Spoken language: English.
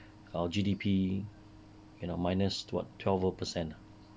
our G_D_P you know minus what twelve over percent